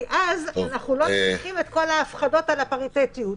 כי אז אנחנו לא צריכים את כל ההפחדות על הפריטטיות.